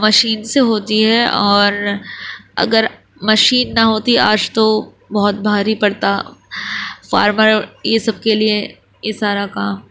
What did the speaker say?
machine سے ہوتی ہے اور اگر مشین نہ ہوتی آج تو بہت بھاری پڑتا فارمر یہ سب کے لیے یہ سارا کام